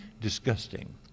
disgusting